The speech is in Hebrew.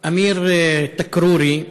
אמיר תכרורי,